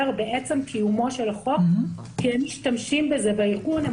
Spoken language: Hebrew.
בעצם קיומו של החוק כי הם משתמשים בזה בארגון.